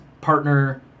partner